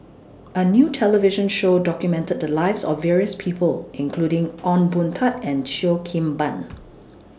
A New television Show documented The Lives of various People including Ong Boon Tat and Cheo Kim Ban